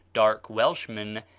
dark welshmen,